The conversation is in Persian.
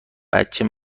بچه